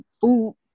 food